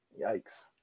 Yikes